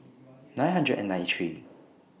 nine hundred and ninety three